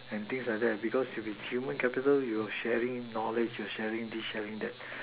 and things like that because you in human capital you will sharing knowledge sharing things like that